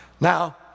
Now